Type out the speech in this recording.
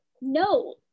No